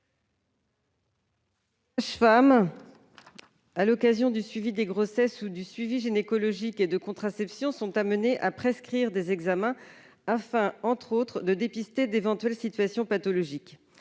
sages-femmes, à l'occasion du suivi des grossesses ou du suivi gynécologique et de contraception, sont amenées à prescrire des examens, afin, entre autres choses, de dépister d'éventuelles situations pathologiques.